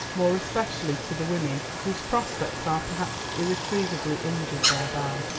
more especially to the women, whose prospects are perhaps irretrievably injured thereby.